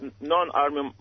non-army